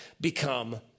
become